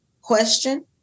question